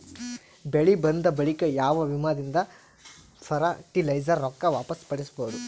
ಬೆಳಿ ಬಂದ ಬಳಿಕ ಯಾವ ವಿಮಾ ದಿಂದ ಫರಟಿಲೈಜರ ರೊಕ್ಕ ವಾಪಸ್ ಪಡಿಬಹುದು?